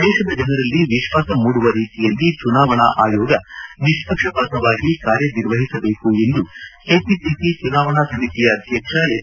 ದೇಶದ ಜನರಲ್ಲಿ ವಿಶ್ವಾಸ ಮೂಡುವ ರೀತಿಯಲ್ಲಿ ಚುನಾವಣಾ ಆಯೋಗ ನಿಷ್ಪಕ್ಷಪಾತವಾಗಿ ಕಾರ್ಯ ನಿರ್ವಹಿಸಬೇಕು ಎಂದು ಕೆಪಿಸಿಸಿ ಚುನಾವಣಾ ಸಮಿತಿಯ ಅಧ್ಯಕ್ಷ ಎಚ್